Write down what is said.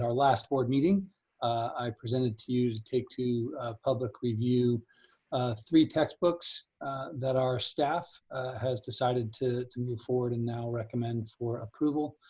last board meeting i presented to you to take to public review three textbooks that our staff has decided to to move forward and now recommend for approval.